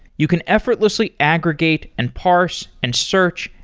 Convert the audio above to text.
you can effortlessly aggregate, and parse, and search,